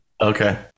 Okay